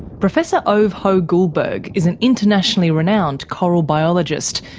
professor ove hoegh-guldberg is an internationally renowned coral biologist,